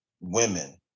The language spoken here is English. women